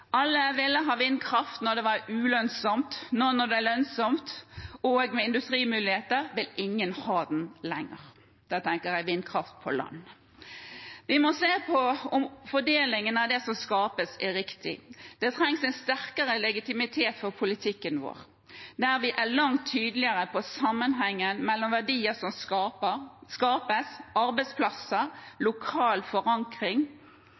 det var ulønnsomt. Nå når det er lønnsomt og med industrimuligheter, vil ingen ha den lenger. Da tenker jeg vindkraft på land. Vi må se på om fordelingen av det som skapes, er riktig. Det trengs en sterkere legitimitet for politikken vår, der vi er langt tydeligere på sammenhengen mellom verdier som skapes, arbeidsplasser og lokal forankring,